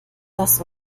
das